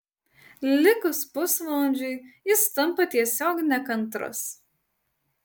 likus pusvalandžiui jis tampa tiesiog nekantrus